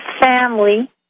family